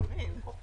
תמיד היא חופרת.